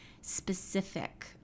specific